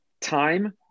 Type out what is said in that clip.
time